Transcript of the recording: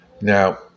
Now